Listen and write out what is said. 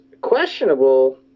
questionable